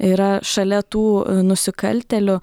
yra šalia tų nusikaltėlių